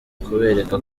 kubereka